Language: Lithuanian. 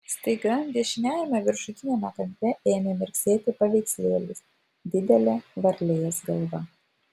staiga dešiniajame viršutiniame kampe ėmė mirksėti paveikslėlis didelė varlės galva